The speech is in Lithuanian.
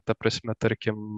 ta prasme tarkim